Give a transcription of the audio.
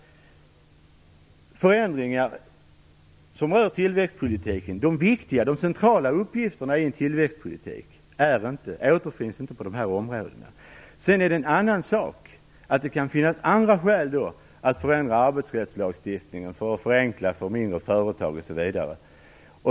De viktiga, de centrala uppgifterna inom tillväxtpolitiken återfinns inte på de områdena. En annan sak är att det kan finnas andra skäl att förändra arbetsrättslagstiftningen för att förenkla för mindre företag, osv.